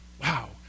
Wow